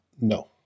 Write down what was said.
no